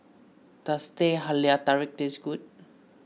does Teh Halia Tarik taste good